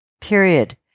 period